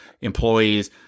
employees